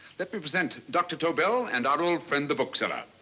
let me present dr. tobel and our old friend, the bookseller.